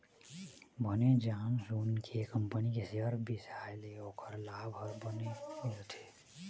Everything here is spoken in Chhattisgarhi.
बने जान सून के कंपनी के सेयर बिसाए ले ओखर लाभ ह बने मिलथे